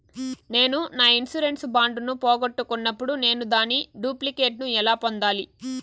నేను నా insurance bond ను పోగొట్టుకున్నప్పుడు నేను దాని డూప్లికేట్ ను ఎలా పొందాలి?